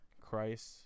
Christ